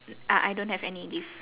mm ah I don't have any leaf